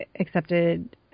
accepted